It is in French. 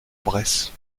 bresse